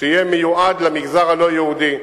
שיהיה מיועד למגזר הלא-יהודי,